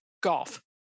golf